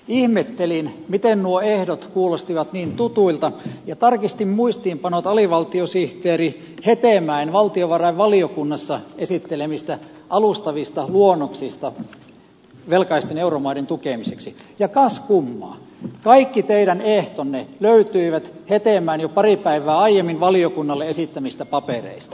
ihmettelin miten nuo ehdot kuulostivat niin tutuilta ja tarkistin muistiinpanot alivaltiosihteeri hetemäen valtiovarainvaliokunnassa esittelemistä alustavista luonnoksista velkaisten euromaiden tukemiseksi ja kas kummaa kaikki teidän ehtonne löytyivät hetemäen jo pari päivää aiemmin valiokunnalle esittämistä papereista